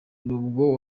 nubwo